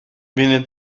viene